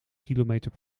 kilometer